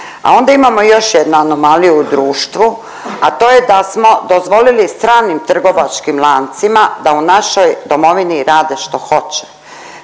A onda imamo još jednu anomaliju u društvu, a to je da smo dozvolili stranim trgovačkim lancima da u našoj domovini rade što hoće.